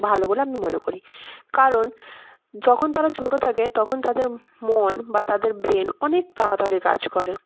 ভালো বলে আমি মনে করি কারণ যখন তারা ছোটো থাকে তখন তাদের মন বা তাদের ব্রেন অনেক তাড়াতাড়ি কাজ করে